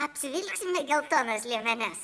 apsivilksime geltonas liemenes